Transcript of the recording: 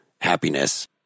happiness